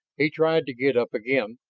he tried to get up again,